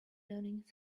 learning